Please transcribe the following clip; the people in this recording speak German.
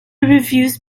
reviews